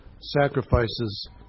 sacrifices